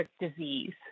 disease